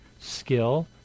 skill